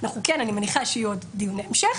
אני מניחה שיהיו עוד דיוני המשך,